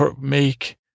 make